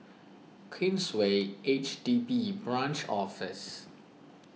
Queensway H D B Branch Office